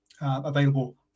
available